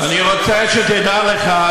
אני רוצה שתדע לך,